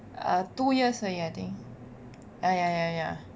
ah two years 而已 I think